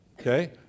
Okay